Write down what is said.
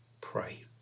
Pray